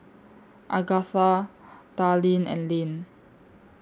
Agatha Darleen and Lane